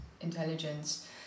intelligence